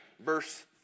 Verse